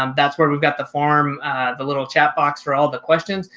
um that's where we've got the form the little chat box for all the questions,